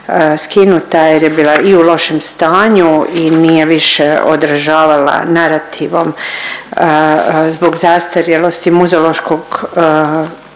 skinuta jer je bila i u lošem stanju i nije više održavala narativom zbog zastarjelosti muzeološkog